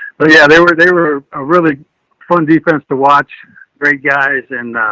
but yeah, they were, they were a really fun defense to watch great guys and,